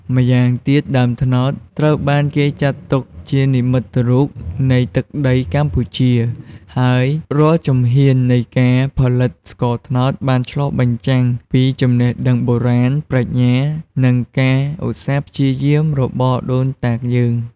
ម្យ៉ាងទៀត ដើមត្នោតត្រូវបានគេចាត់ទុកជានិមិត្តរូបនៃទឹកដីកម្ពុជា ហើយរាល់ជំហាននៃការផលិតស្ករត្នោតបានឆ្លុះបញ្ចាំងពីចំណេះដឹងបុរាណ ប្រាជ្ញា និងការឧស្សាហ៍ព្យាយាមរបស់ដូនតាយើង។